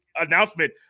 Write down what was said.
announcement